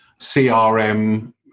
crm